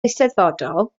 eisteddfodol